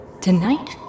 Tonight